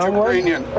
Ukrainian